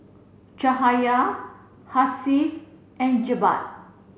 Cahaya Hasif and Jebat